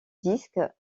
disques